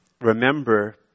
remember